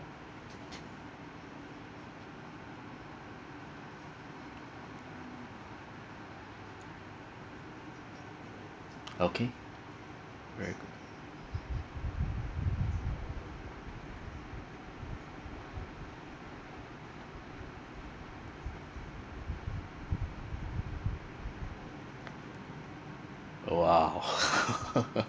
okay right oh !wow!